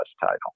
title